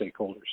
stakeholders